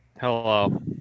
Hello